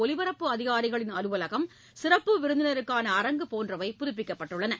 ஒலிபரப்பு அதிகாரிகளின் அலுவகம் சிறப்பு விருந்தினருக்கான அரங்கு போன்றவை புதப்பிக்கப்பட்டுள்ளன